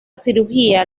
cirugía